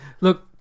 look